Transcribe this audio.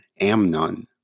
Amnon